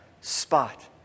spot